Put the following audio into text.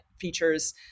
features